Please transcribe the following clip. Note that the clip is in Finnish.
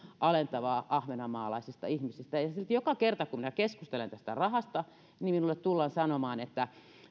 alentavaa ahvenanmaalaisista ihmisistä ja silti joka kerta kun minä keskustelen tästä rahasta niin minulle tullaan sanomaan että